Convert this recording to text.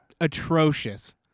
atrocious